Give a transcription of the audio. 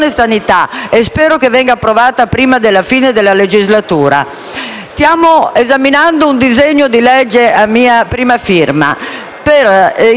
stiamo esaminando un disegno di legge, a mia prima firma, per prevenire i disturbi del comportamento alimentare,